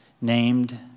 named